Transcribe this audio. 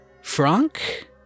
Frank